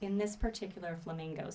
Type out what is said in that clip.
in this particular flamingo